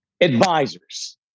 advisors